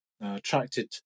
Attracted